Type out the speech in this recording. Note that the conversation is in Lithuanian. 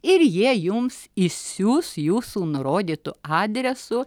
ir jie jums išsiųs jūsų nurodytu adresu